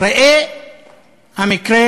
ראה המקרה